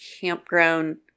campground